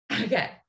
Okay